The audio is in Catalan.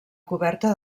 coberta